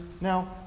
now